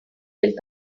will